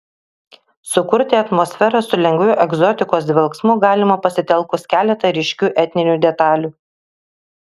sukurti atmosferą su lengvu egzotikos dvelksmu galima pasitelkus keletą ryškių etninių detalių